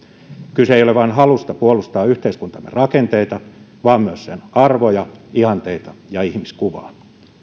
kyse ei ole vain halusta puolustaa yhteiskuntamme rakenteita vaan myös sen arvoja ihanteita ja ihmiskuvaa